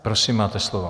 Prosím, máte slovo.